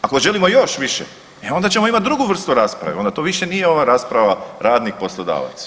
Ako želimo još više e onda ćemo imati drugu vrstu rasprave onda to više nije ova rasprava radnik, poslodavac.